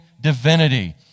divinity